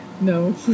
No